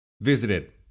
Visited